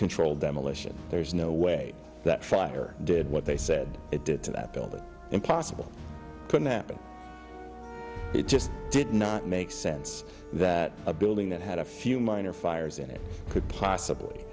controlled demolition there's no way that fire did what they said it did to that building impossible couldn't happen it just did not make sense that a building that had a few minor fires in it could possibly